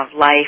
life